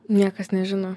niekas nežino